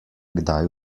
kdaj